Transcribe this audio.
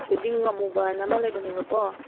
ꯊꯣꯏꯗꯤꯡ ꯑꯃꯨꯕꯅ ꯑꯃ ꯂꯩꯕꯅꯦꯕꯀꯣ